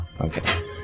Okay